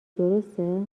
درسته